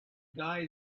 guy